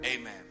Amen